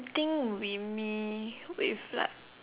I think would be me with like